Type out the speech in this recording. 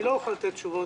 אני לא יכול לתת תשובות